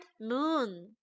moon